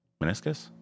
meniscus